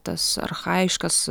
tas archajiškas